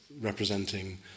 representing